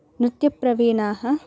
नृत्यप्रवीणाः